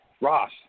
Ross